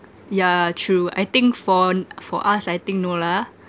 yeah true I think for n~ for us I think no lah